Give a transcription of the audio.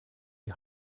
die